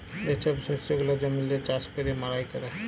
যে ছব শস্য গুলা জমিল্লে চাষ ক্যইরে মাড়াই ক্যরে